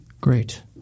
Great